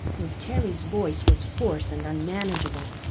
miss terry's voice was hoarse and unmanageable,